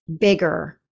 bigger